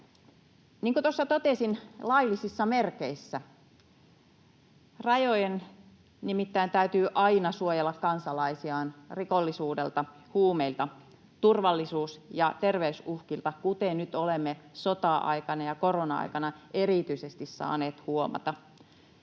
tuossa totesin, ”laillisissa merkeissä” — rajojen nimittäin täytyy aina suojella kansalaisiaan rikollisuudelta, huumeilta, turvallisuus- ja terveysuhkilta, kuten nyt olemme sota-aikana ja korona-aikana erityisesti saaneet huomata.